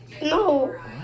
No